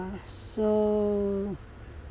ah so